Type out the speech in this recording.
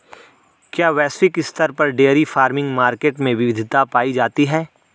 क्या वैश्विक स्तर पर डेयरी फार्मिंग मार्केट में विविधता पाई जाती है?